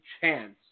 chance